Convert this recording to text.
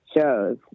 shows